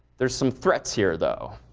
there are some threats here though.